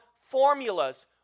formulas